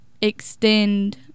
extend